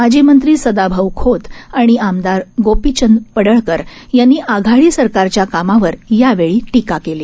माजी मंत्री सदाभाऊ खोत आणि आमदार गोपीचंद पडळकर यांनी आघाडी सरकारच्या कामावर यावेळी टीका केली